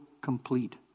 complete